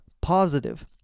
positive